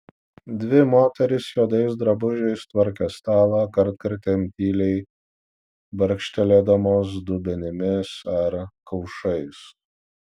dvi moterys juodais drabužiais tvarkė stalą kartkartėm tyliai barkštelėdamos dubenimis ar kaušais